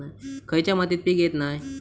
खयच्या मातीत पीक येत नाय?